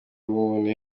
ubumuntu